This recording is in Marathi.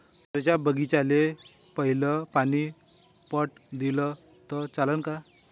संत्र्याच्या बागीचाले पयलं पानी पट दिलं त चालन का?